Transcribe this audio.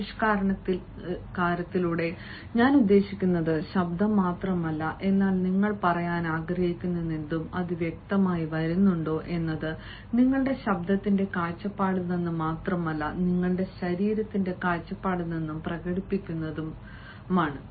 ആവിഷ്കാരത്തിലൂടെ ഞാൻ ഉദ്ദേശിക്കുന്നത് ശബ്ദം മാത്രമല്ല എന്നാൽ നിങ്ങൾ പറയാൻ ആഗ്രഹിക്കുന്നതെന്തും അത് വ്യക്തമായി വരുന്നുണ്ടോ എന്നത് നിങ്ങളുടെ ശബ്ദത്തിന്റെ കാഴ്ചപ്പാടിൽ നിന്ന് മാത്രമല്ല നിങ്ങളുടെ ശരീരത്തിന്റെ കാഴ്ചപ്പാടിൽ നിന്നും പ്രകടിപ്പിക്കുന്നതും പ്രകടിപ്പിക്കുന്നതുമാണ്